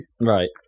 right